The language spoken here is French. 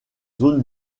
zones